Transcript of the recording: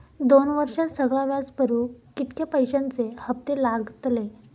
दोन वर्षात सगळा व्याज भरुक कितक्या पैश्यांचे हप्ते लागतले?